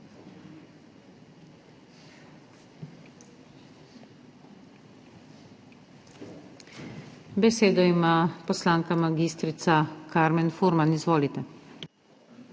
Besedo ima poslanka mag. Karmen Furman. Izvolite.